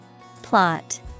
Plot